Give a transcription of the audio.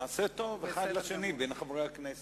מעשה טוב אחד לשני בין חברי הכנסת.